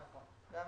נמצאים